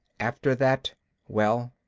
after that well,